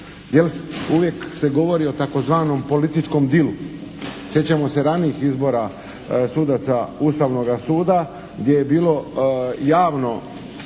uvijek se govori o tzv. političkom dilu. Sjećamo se ranijih izbora sudaca Ustavnoga suda gdje je bilo javno